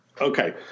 Okay